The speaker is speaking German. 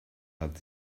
hat